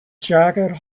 jacket